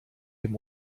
dem